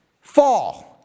fall